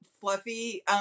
fluffy